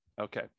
Okay